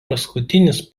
paskutinis